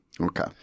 Okay